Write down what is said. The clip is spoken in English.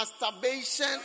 Masturbation